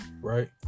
right